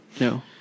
No